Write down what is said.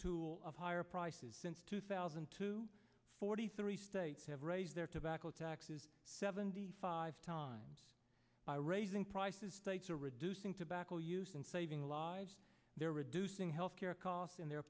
tool of higher prices since two thousand and two forty three states have raised their tobacco taxes seventy five times by raising prices states are reducing tobacco use and saving lives they're reducing health care costs and they're